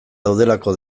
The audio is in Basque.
daudelako